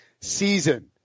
season